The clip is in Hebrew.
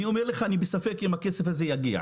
אני אומר לך שאני בספק אם הכסף הזה יגיע.